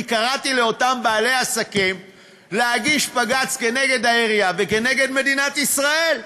אני קראתי לאותם בעלי עסקים להגיש בג"ץ נגד העירייה ונגד מדינת ישראל,